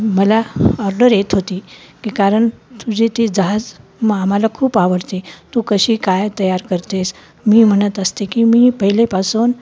मला ऑर्डर येत होती की कारण तुझे ती जहाज मा आम्हाला खूप आवडते तू कशी काय तयार करतेस मी म्हणत असते की मी पहिल्यापासून